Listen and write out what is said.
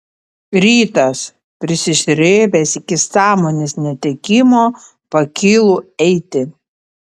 rytas prisisrėbęs iki sąmonės netekimo pakylu eiti